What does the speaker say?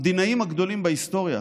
המדינאים הגדולים בהיסטוריה